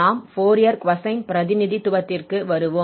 நாம் Fourier cosine பிரதிநிதித்துவத்திற்கு வருவோம்